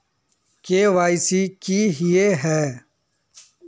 KYC की हिये है?